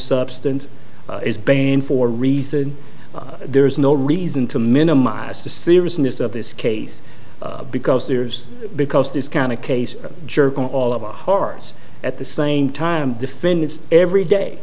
substance is banned for reason there is no reason to minimize the seriousness of this case because there's because this kind of case juergen all of our hearts at the same time defendants every day